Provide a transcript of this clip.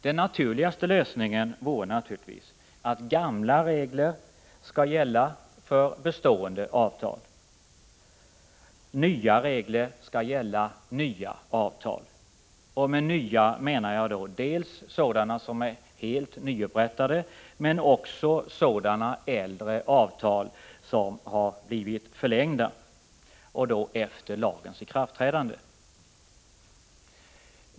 Den naturligaste lösningen vore naturligtvis att gamla regler skall gälla för bestående avtal, nya regler skall gälla för nya avtal. Och med nya avtal menar jag då sådana som är helt nyupprättade, men också sådana äldre avtal som har blivit förlängda efter lagens ikraftträdande.